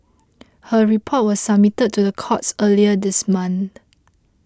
her report was submitted to the courts earlier this month